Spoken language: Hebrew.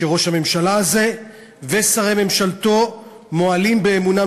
שראש הממשלה הזה ושרי ממשלתו מועלים באמונם